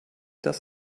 das